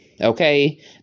okay